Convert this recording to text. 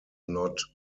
not